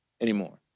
anymore